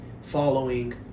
following